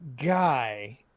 guy